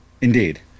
Indeed